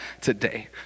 today